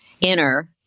inner